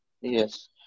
Yes